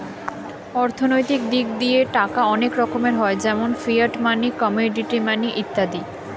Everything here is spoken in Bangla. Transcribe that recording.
অর্থনৈতিক দিক দিয়ে টাকা অনেক রকমের হয় যেমন ফিয়াট মানি, কমোডিটি মানি ইত্যাদি